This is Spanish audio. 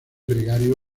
gregario